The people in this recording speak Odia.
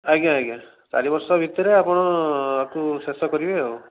ଆଜ୍ଞା ଆଜ୍ଞା ଚାରି ବର୍ଷ ଭିତରେ ଆପଣ ଏହାକୁ ଶେଷ କରିବେ ଆଉ